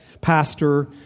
pastor